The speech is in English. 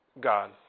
God